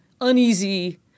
uneasy